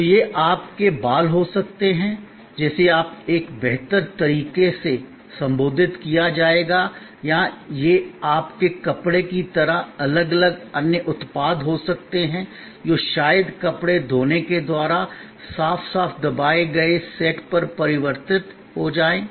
तो यह आपके बाल हो सकते हैं जिसे अब एक बेहतर तरीकेसे संबोधित किया जाएगा या यह आपके कपड़े की तरह अलग अलग अन्य उत्पाद हो सकते हैं जो शायद कपड़े धोने के द्वारा साफ साफ दबाए गए सेट में परिवर्तित हो जाएं